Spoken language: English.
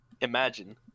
Imagine